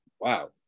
Wow